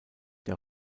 der